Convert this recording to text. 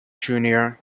junior